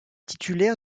titulaire